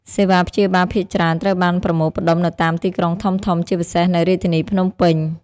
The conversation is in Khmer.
សេវាព្យាបាលភាគច្រើនត្រូវបានប្រមូលផ្តុំនៅតាមទីក្រុងធំៗ ជាពិសេសនៅរាជធានីភ្នំពេញ។